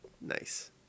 Nice